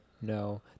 No